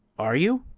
are you?